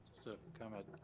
to comment.